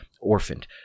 orphaned